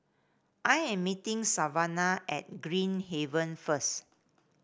I am meeting Savanna at Green Haven first